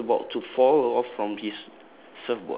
he was about to fall off from his